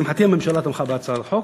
לשמחתי הממשלה תמכה בהצעת החוק.